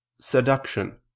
seduction